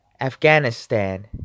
Afghanistan